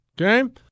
Okay